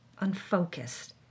unfocused